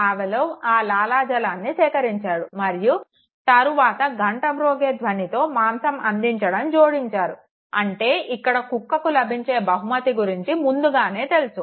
Pavlov ఆ లాలజలాన్ని సేకరించాడు మరియు తరువాత గంట మ్రోగే ధ్వనితో మాంసం అందించడం జోడించారు అంటే ఇక్కడ కుక్కకు లభించే బహుమతి గురించి ముందుగానే తెలుసు